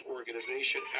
Organization